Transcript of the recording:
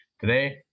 Today